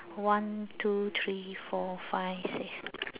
one two three four five six